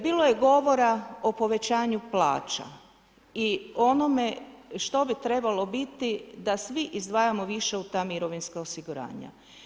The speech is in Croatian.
Bilo je govora o povećanju plaća i onome što bi trebalo biti da svi izdvajamo više u ta mirovinska osiguranja.